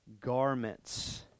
garments